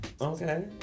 Okay